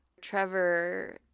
trevor